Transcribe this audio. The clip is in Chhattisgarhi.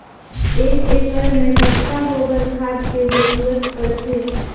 एक एकड़ मे कतका गोबर खाद के जरूरत पड़थे?